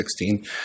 2016